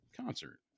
concert